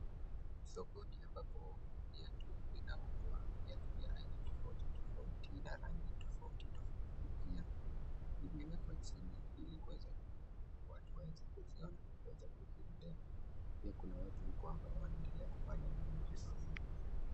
Sokoni ambapo viatu vinauzwa, viatu vya aina tofauti tofauti na rangi tofauti tofauti pia imewekwa chini ili kuweza watu waweze kuziona na kuweza kuziendea. Pia kuna watu huku ambao wanaendelea kufanya ununuzi.